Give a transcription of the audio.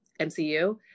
MCU